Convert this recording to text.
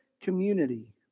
community